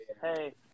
Hey